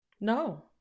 No